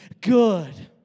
good